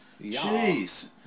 Jeez